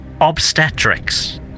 Obstetrics